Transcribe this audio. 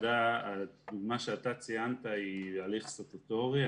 הדוגמא שאתה ציינת היא הליך סטטוטורי.